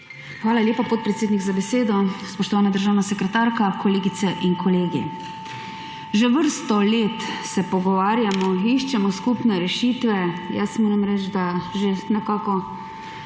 Hvala lepa, podpredsednik, za besedo. Spoštovana državna sekretarka, kolegice in kolegi! Že vrsto let se pogovarjamo in iščemo skupne rešitve. Jaz moram reči, da že nekako